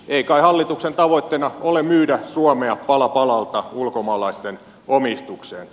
ei kai hallituksen tavoitteena ole myydä suomea pala palalta ulkomaalaisten omistukseen